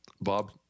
Bob